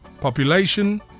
Population